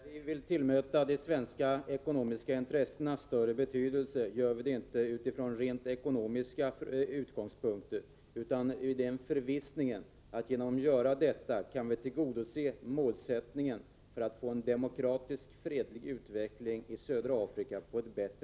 Herr talman! När vi vill tillmäta de svenska ekonomiska intressena större betydelse gör vi det inte utifrån rent ekonomiska utgångspunkter, utan i förvissningen om att vi genom att göra detta på ett bättre sätt kan tillgodose målsättningen en demokratisk fredlig utveckling i södra Afrika.